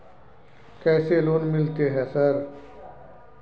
कैसे लोन मिलते है सर?